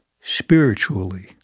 spiritually